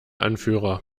anführer